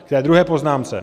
K té druhé poznámce.